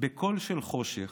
"בקול של חושך,